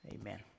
Amen